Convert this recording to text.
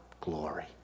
glory